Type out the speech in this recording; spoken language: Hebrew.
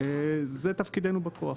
זה תפקידנו בכוח.